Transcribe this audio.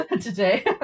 today